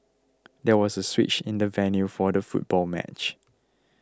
there was a switch in the venue for the football match